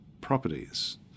properties